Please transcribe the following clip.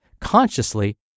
consciously